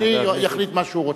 אדוני יחליט מה שהוא רוצה.